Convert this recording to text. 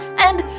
and,